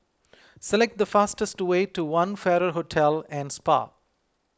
select the fastest way to one Farrer Hotel and Spa